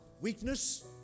weakness